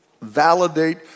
validate